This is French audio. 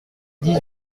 dix